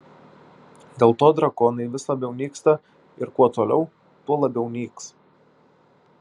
dėl to drakonai vis labiau nyksta ir kuo toliau tuo labiau nyks